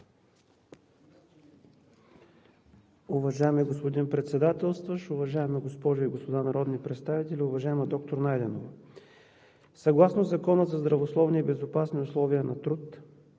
Уважаеми господин Председателстващ, уважаеми госпожи и господа народни представители, уважаема доктор Найденова! Съгласно Закона за здравословни и безопасни условия на труд